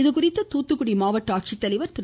இதுகுறித்து மாவட்ட ஆட்சித்தலைவர் திரு